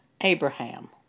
Abraham